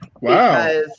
Wow